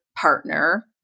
partner